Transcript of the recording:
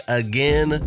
again